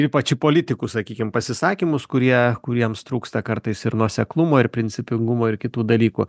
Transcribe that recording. ypač politikų sakykim pasisakymus kurie kuriems trūksta kartais ir nuoseklumo ir principingumo ir kitų dalykų